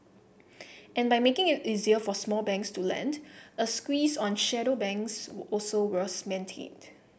and by making it easier for small banks to lend a squeeze on shadow banks also was maintained